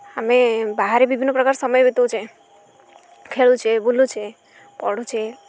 ଆମେ ବାହାରେ ବିଭିନ୍ନପ୍ରକାର ସମୟ ବିତାଉଛେ ଖେଳୁଛେ ବୁଲୁଛେ ପଢ଼ୁଛେ